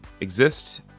exist